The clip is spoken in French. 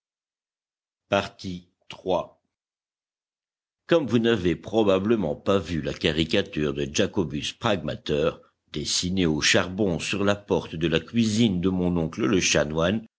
plus comme vous n'avez probablement pas vu la caricature de jacobus pragmater dessinée au charbon sur la porte de la cuisine de mon oncle le chanoine